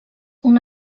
una